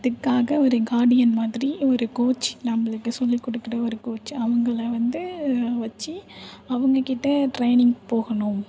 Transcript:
அதுக்காக ஒரு கார்டியன் மாதிரி ஒரு கோச் நம்மளுக்கு சொல்லிக்கொடுக்குற ஒரு கோச் அவங்கள வந்து வச்சு அவங்கக்கிட்ட ட்ரைனிக் போகணும்